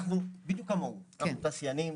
אנחנו תעשיינים.